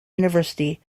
university